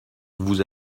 vous